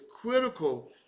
critical